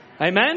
Amen